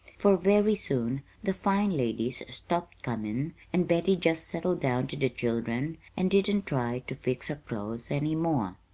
for very soon the fine ladies stopped comin' and betty just settled down to the children and didn't try to fix her clo's any more.